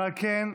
ועל כן,